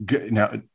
Now